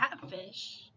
Catfish